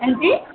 हंजी